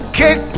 kick